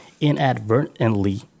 inadvertently